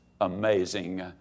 amazing